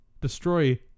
Destroy